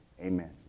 Amen